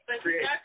create